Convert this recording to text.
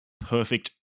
perfect